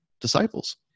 disciples